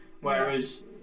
Whereas